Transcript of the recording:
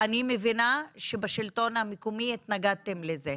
אני מבינה שבשלטון המקומי התנגדתם לזה.